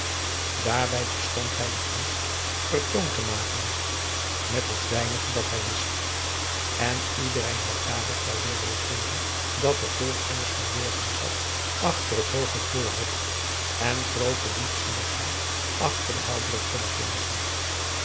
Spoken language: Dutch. daarbij verstond hij de kunst vertoon te maken met het weinige dat hij wist en iedereen had dààrop wel durven zweren dat er veel kennis verborgen zat achter het hooge voorhoofd en groote diepzinnigheid achter de heldere brillenglazen